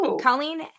Colleen